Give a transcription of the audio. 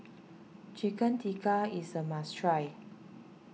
Chicken Tikka is a must try